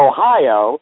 Ohio